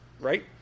right